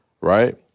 right